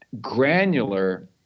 granular